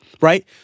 right